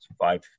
five